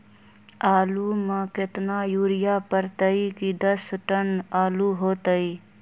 आलु म केतना यूरिया परतई की दस टन आलु होतई?